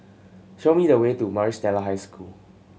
show me the way to Maris Stella High School